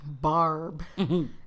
Barb